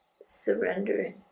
surrendering